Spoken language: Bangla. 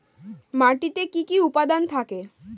মাটিতে কি কি উপাদান থাকে?